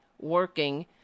working